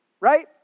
Right